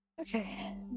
Okay